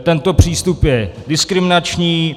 Tento přístup je diskriminační.